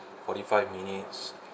forty five minutes